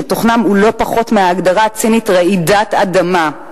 שתוכנם הוא לא פחות מההגדרה הצינית "רעידת אדמה".